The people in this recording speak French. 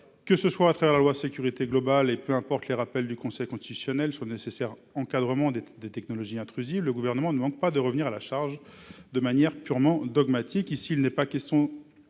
ou de textes plus récents. Peu importent les rappels du Conseil constitutionnel quant au nécessaire encadrement des technologies intrusives : le Gouvernement ne manque pas de revenir à la charge de manière purement dogmatique.